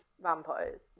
vampires